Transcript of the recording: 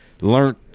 learned